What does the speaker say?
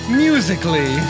musically